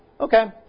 Okay